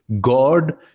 God